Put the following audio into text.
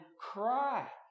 cry